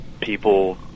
people